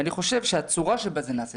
ואני חושב שהצורה שבה זה נעשה,